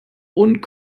und